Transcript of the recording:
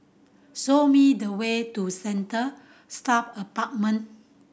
show me the way to Centre Staff Apartment